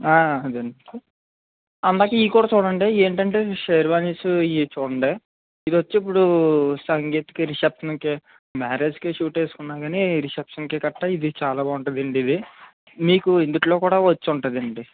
ఆ అది అండి అందాకా ఇవి కూడా చూడండి ఇవి ఏంటంటే శేర్వాణిస్ ఇవి చూడండి ఇది వచ్చి ఇప్పుడు సంగీత్కి రిసెప్షన్కి మ్యారేజ్కి సూట్ వేసుకుంటాము కానీ రిసెప్షన్కి గట్ట ఇది చాలా బాగుంటుంది అండి ఇది మీకు ఇందుట్లో కూడా వచ్చి ఉంటుంది అండి